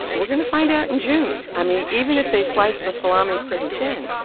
we're going to find out in june. i mean, even if they slice the salami pretty thin,